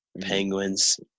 penguins